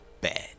bad